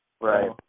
right